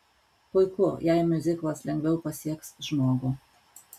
puiku jei miuziklas lengviau pasieks žmogų